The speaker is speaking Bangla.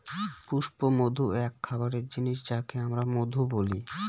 পুষ্পমধু এক খাবারের জিনিস যাকে আমরা মধু বলি